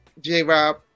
J-Rob